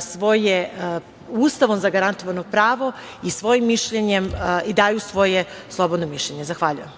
svoje Ustavom zagarantovano pravo i daju svoje slobodno mišljenje. Zahvaljujem.